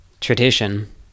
tradition